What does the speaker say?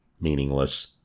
meaningless